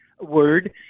word